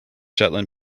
shetland